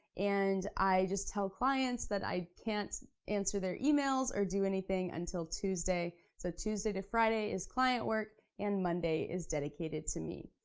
and i just tell clients that i can't answer their emails or do anything until tuesday. so tuesday to friday is client work, and monday is dedicated to me.